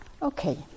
Okay